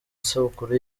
isabukuru